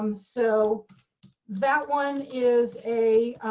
um so that one is a